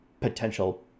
potential